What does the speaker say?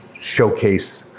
showcase